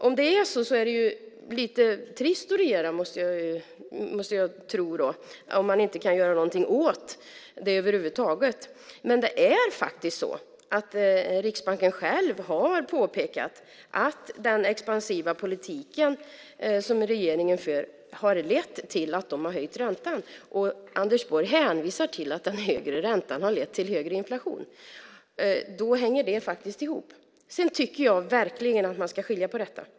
Om det är så måste jag tro att det är lite trist att regera, om man över huvud taget inte kan göra någonting åt det. Men det är faktiskt så att Riksbanken själv har påpekat att den expansiva politik som regeringen för har lett till att de har höjt räntan. Anders Borg hänvisar till att den högre räntan har lett till högre inflation. Då hänger det faktiskt ihop. Sedan tycker jag verkligen att man ska skilja på detta.